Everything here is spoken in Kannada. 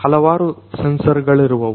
ಹಲವಾರು ಸೆನ್ಸರ್ಗಳಿರುವವು